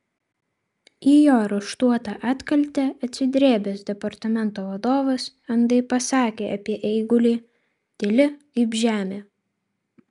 į jo raštuotą atkaltę atsidrėbęs departamento vadovas andai pasakė apie eigulį tyli kaip žemė